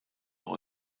auch